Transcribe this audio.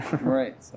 Right